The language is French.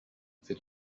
c’est